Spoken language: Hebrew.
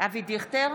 אבי דיכטר,